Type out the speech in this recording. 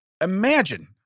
imagine